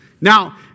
Now